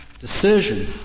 decision